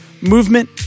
movement